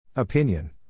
Opinion